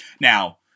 Now